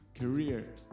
career